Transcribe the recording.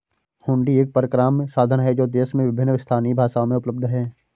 हुंडी एक परक्राम्य साधन है जो देश में विभिन्न स्थानीय भाषाओं में उपलब्ध हैं